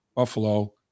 Buffalo